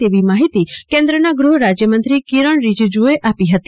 તેવી માહિતી કેન્દ્રના ગૃહ રાજ્ય મંત્રી કિરણ રીજીજ્જુએ આપી હતી